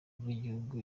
rw’igihugu